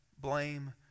blame